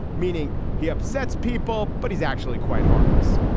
meaning he upsets people. but he's actually quite harmless.